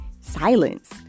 silence